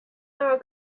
are